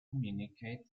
communicate